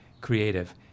creative